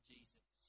Jesus